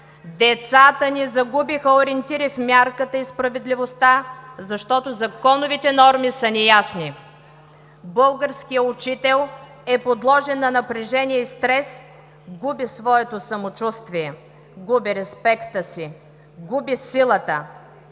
Децата ни загубиха ориентири в мярката и справедливостта, защото законовите норми са неясни. Българският учител е подложен на напрежение и стрес, губи своето самочувствие, губи респекта си, губи силата.